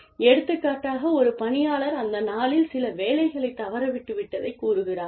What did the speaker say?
எடுத்துக்காட்டாக ஒரு பணியாளர் அந்த நாளில் சில வேலைகளைத் தவறவிட்டுவிட்டதைக் கூறுகிறார்